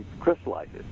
crystallizes